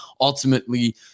ultimately